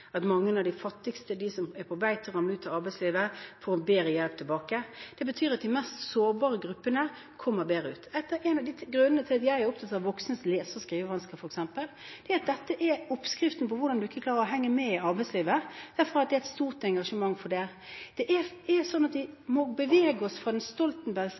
at mange av de fattigste, de som er på vei til å ramle ut av arbeidslivet, får bedre hjelp til å komme tilbake. Det betyr at de mest sårbare gruppene kommer bedre ut. En av grunnene til at jeg er opptatt av f.eks. voksnes lese- og skrivevansker, er at dette er oppskriften på hvordan man ikke klarer å henge med i arbeidslivet. Derfor har jeg et stort engasjement for det. Vi må bevege oss fra den stoltenbergske makrotankegangen ned på mikronivå og av og til stille oss spørsmålet: Hvorfor er det